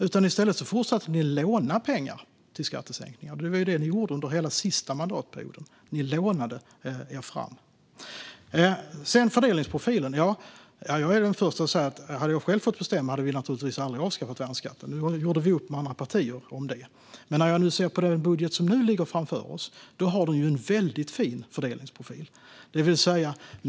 I stället fortsatte ni att låna pengar till skattesänkningar. Det var detta ni gjorde under hela er sista mandatperiod: Ni lånade er fram. När det gäller fördelningsprofilen är jag den första att säga att om jag hade fått bestämma skulle vi naturligtvis aldrig ha avskaffat värnskatten. Nu gjorde vi upp med andra partier om detta. Den budget som nu ligger framför oss har en väldigt fin fördelningsprofil.